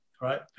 right